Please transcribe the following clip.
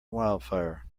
wildfire